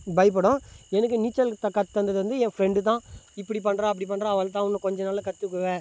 பயப்படும் எனக்கு நீச்சல் கற்று தந்தது வந்து என் ஃப்ரெண்டு தான் இப்படி பண்டா அப்படி பண்டா அவ்வளோ தான் இன்னும் கொஞ்சம் நாளில் கற்றுக்குவே